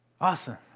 Awesome